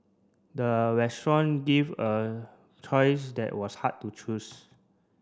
the restaurant give a choice that was hard to choose